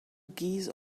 geese